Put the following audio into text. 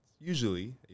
usually